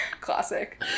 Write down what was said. Classic